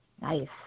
Nice